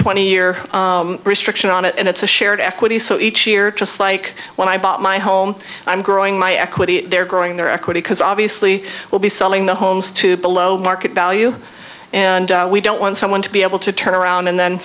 twenty year restriction on it and it's a shared equity so each year just like when i bought my home i'm growing my equity they're growing their equity because obviously we'll be selling the homes to below market value and we don't want someone to be able to turn around and then